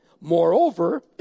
Moreover